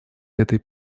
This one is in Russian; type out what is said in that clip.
этой